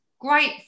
Great